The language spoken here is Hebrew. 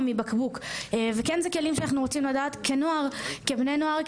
או מבקבוק וכן זה כלים שאנחנו רוצים לדעת כבני נוער,